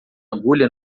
agulha